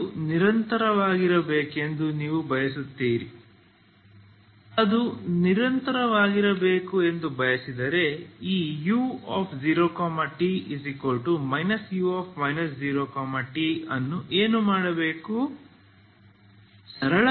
ಇದು ನಿರಂತರವಾಗಿರಬೇಕೆಂದು ನೀವು ಬಯಸುತ್ತೀರಿ ಅದು ನಿರಂತರವಾಗಿರಬೇಕು ಎಂದು ಬಯಸಿದರೆ ಈ u0t u 0t ಅನ್ನು ಏನು ಮಾಡಬೇಕು